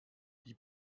die